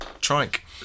trike